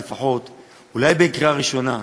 אולי בין הקריאה הראשונה,